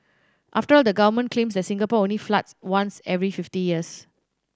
after all the government claims that Singapore only floods once every fifty years